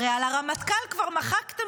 הרי את הרמטכ"ל כבר מחקתם,